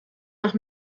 nach